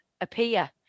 appear